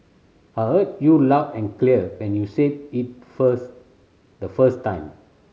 I heard you loud and clear when you said it first the first time